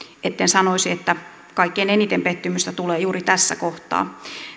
etten sanoisi että kaikkein eniten pettymystä tulee juuri tässä kohtaa